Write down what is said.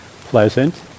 pleasant